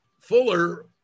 Fuller